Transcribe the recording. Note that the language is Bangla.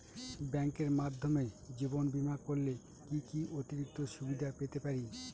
ব্যাংকের মাধ্যমে জীবন বীমা করলে কি কি অতিরিক্ত সুবিধে পেতে পারি?